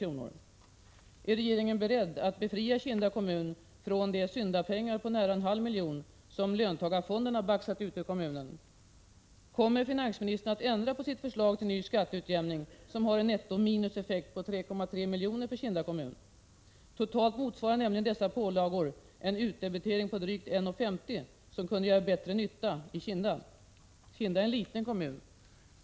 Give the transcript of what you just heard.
Är regeringen beredd att befria Kinda kommun från skyldigheten att betala de syndapengar på nära en halv miljon som löntagarfonderna baxat ut ur kommunen? Kommer finansministern att ändra sitt förslag till ny skatteutjämning, som har en nettominuseffekt på 3,3 miljoner för Kinda kommun? Totalt motsvarar dessa pålagor en utdebitering på drygt 1:50, som kunde göra bättre nytta i Kinda. Kinda är en liten kommun.